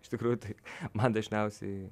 iš tikrųjų tai man dažniausiai